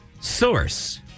source